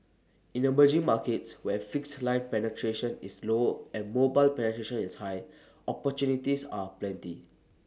in emerging markets where fixed line penetration is low and mobile penetration is high opportunities are plenty